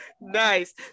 Nice